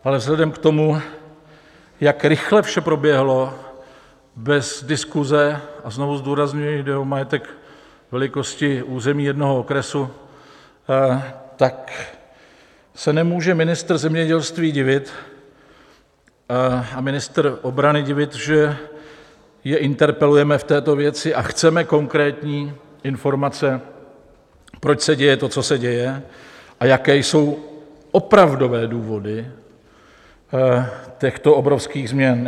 Ale vzhledem k tomu, jak rychle vše proběhlo bez diskuse, a znovu zdůrazňuji, jde o majetek velikosti území jednoho okresu, tak se nemůže ministr zemědělství a ministr obrany divit, že je interpelujeme v této věci a chceme konkrétní informace, proč se děje to, co se děje, a jaké jsou opravdové důvody těchto obrovských změn.